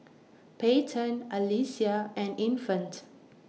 Peyton Alesia and Infant